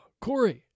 Corey